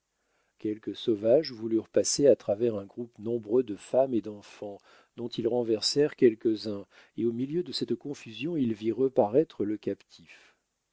quelques sauvages voulurent passer à travers un groupe nombreux de femmes et d'enfants dont ils renversèrent quelques-uns et au milieu de cette confusion il vit reparaître le captif